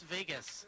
Vegas